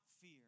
fear